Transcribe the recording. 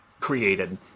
created